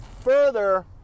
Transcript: further